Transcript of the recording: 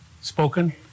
spoken